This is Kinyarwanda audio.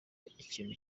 ikintu